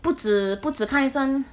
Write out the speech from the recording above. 不止不止看医生